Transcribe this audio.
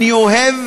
אני אוהב